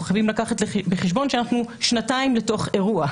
אנחנו חייבים לקחת בחשבון שאנחנו שנתיים בתוך אירוע.